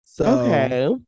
Okay